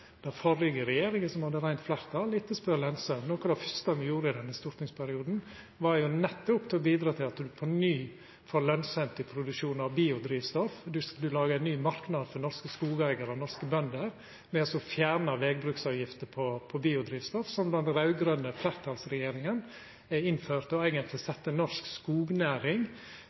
den førre regjeringa, som hadde reint fleirtal – som etterspør lønsemd. Noko av det fyrste me gjorde i denne stortingsperioden, var nettopp å bidra til at ein på ny får lønsemd i produksjonen av biodrivstoff. Ein lagar ein ny marknad for norske skogeigarar og norske bønder ved å fjerna vegbruksavgifta på biodrivstoff, som den raud-grøne fleirtalsregjeringa innførte, og då eigentleg sette norsk skognæring